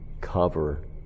cover